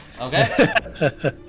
Okay